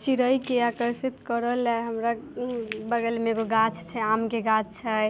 चिड़ैके आकर्षित करय लेल हमरा बगलमे एगो गाछ छै आमके गाछ छै